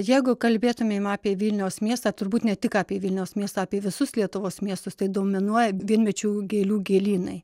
jeigu kalbėtumėm apie vilniaus miestą turbūt ne tik apie vilniaus miestą apie visus lietuvos miestus tai dominuoja vienmečių gėlių gėlynai